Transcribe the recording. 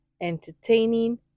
entertaining